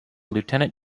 lieutenant